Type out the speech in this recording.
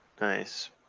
Nice